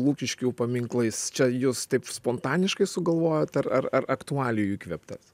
lukiškių paminklais čia jus taip spontaniškai sugalvojot ar ar ar aktualijų įkvėptas